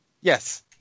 Yes